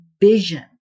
vision